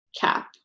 cap